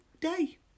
day